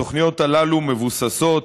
התוכניות האלה מבוססות,